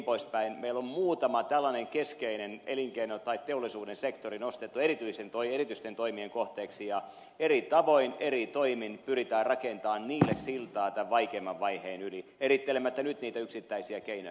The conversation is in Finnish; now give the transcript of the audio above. meillä on muutama tällainen keskeinen teollisuuden sektori nostettu erityisten toimien kohteeksi ja eri tavoin eri toimin pyritään rakentamaan niille siltaa tämän vaikeimman vaiheen yli erittelemättä nyt niitä yksittäisiä keinoja